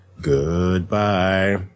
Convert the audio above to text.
goodbye